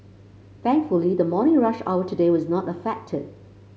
thankfully the morning rush hour today was not affected